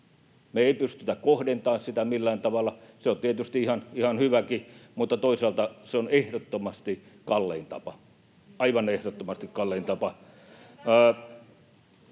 Me ei pystytä kohdentamaan sitä millään tavalla. Se on tietysti ihan hyväkin, mutta toisaalta se on ehdottomasti kallein tapa — aivan ehdottomasti kallein tapa.